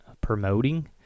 promoting